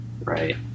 right